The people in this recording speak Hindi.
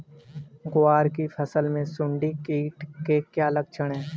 ग्वार की फसल में सुंडी कीट के क्या लक्षण है?